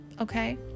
okay